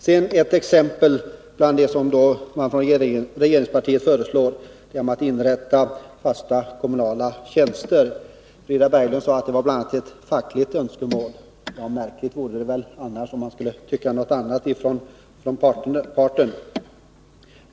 Sedan ett exempel bland det som regeringspartiet föreslår: att inrätta fasta kommunala tjänster. Frida Berglund sade att det var bl.a. ett fackligt önskemål. Ja, märkligt vore det väl om den parten skulle tycka någonting annat!